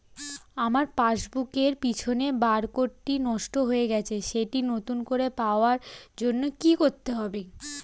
আমার পাসবুক এর পিছনে বারকোডটি নষ্ট হয়ে গেছে সেটি নতুন করে পাওয়ার জন্য কি করতে হবে?